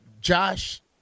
Josh